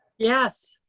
yes.